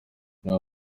nta